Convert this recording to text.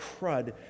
crud